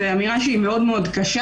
זו אמירה שהיא מאוד קשה.